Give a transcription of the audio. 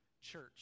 church